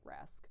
risk